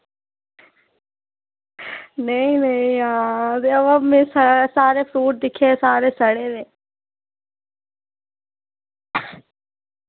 नेईं नेईं यार ते अ में सारे फ्रूट दिक्खे ते सारे सड़े दे